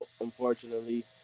unfortunately